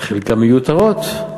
חלקן מיותרות,